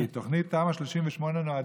כי תוכנית תמ"א 38 נועדה,